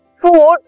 food